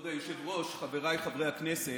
כבוד היושב-ראש, חבריי חברי הכנסת,